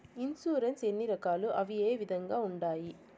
insurance ఎన్ని రకాలు అవి ఏ విధంగా ఉండాయి